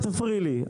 אל תפריעי לי,